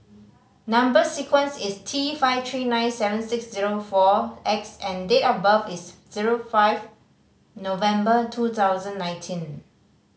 number sequence is T five three nine seven six zero four X and date of birth is zero five November two thousand nineteen